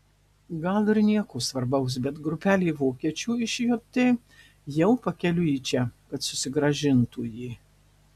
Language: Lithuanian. gal ir nieko svarbaus bet grupelė vokiečių iš jt jau pakeliui į čia kad susigrąžintų jį